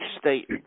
state